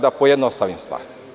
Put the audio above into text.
Da pojednostavim stvar.